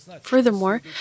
Furthermore